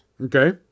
Okay